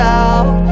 out